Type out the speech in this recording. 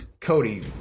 Cody